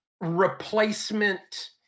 replacement